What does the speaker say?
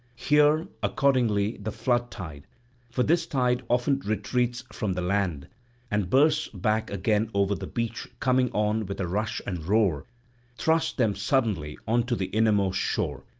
here accordingly the flood-tide for this tide often retreats from the land and bursts back again over the beach coming on with a rush and roar thrust them suddenly on to the innermost shore,